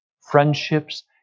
Friendships